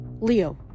Leo